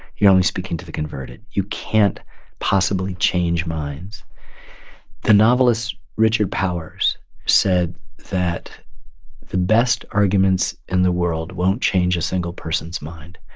you're only speaking to the converted. you can't possibly change minds the novelist richard powers said that the best arguments in the world won't change a single person's mind.